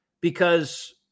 Because-